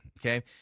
Okay